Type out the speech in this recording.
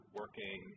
working